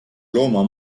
looma